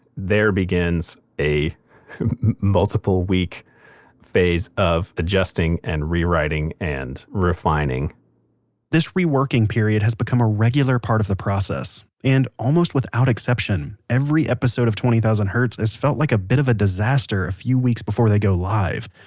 there begins a multiple week phase of adjusting and rewriting and refining this reworking period has become a regular part of the process. and almost without exception, every episode of twenty thousand hertz has felt like a bit of a disaster a few weeks before they go live.